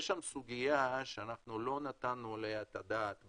יש שם סוגיה שלא נתנו עליה את הדעת,